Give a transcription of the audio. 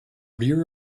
rear